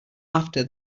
after